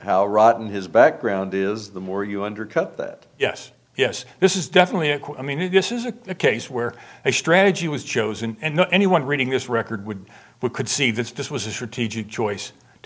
how rotten his background is the more you undercut that yes yes this is definitely a quote i mean i guess is a case where a strategy was chosen and no anyone reading this record would we could see this this was a strategic choice to